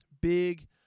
big